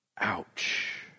Ouch